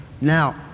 now